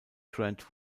grant